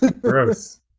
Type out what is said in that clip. Gross